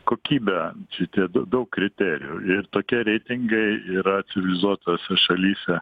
kokybę šitie dau daug kriterijų ir tokie reitingai yra civilizuotose šalyse